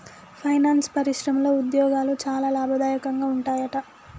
finance పరిశ్రమలో ఉద్యోగాలు చాలా లాభదాయకంగా ఉంటాయట